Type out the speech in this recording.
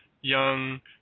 young